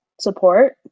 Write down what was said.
support